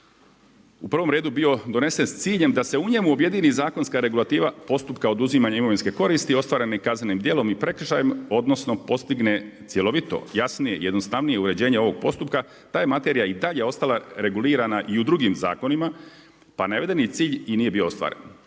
u prvo redu bio donesen s ciljem da se u njemu objedini zakonska regulativa postupka oduzimanja imovinske koristi ostvarene kaznenim djelom i prekršajem, odnosno postigne cjelovito, jasnije, jednostavnije uređenje ovog postupka, ta je materija i dalje ostala regulirana i u drugim zakonima pa navedeni cilj i nije bio ostvaren.